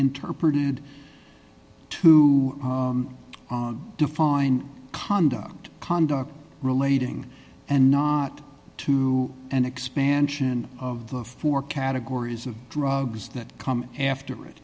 interpreted to define conduct conduct relating and not to an expansion of the four categories of drugs that come after it